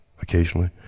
occasionally